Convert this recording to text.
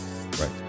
Right